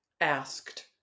asked